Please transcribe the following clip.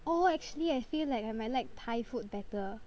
oh actually I feel like I might like Thai food better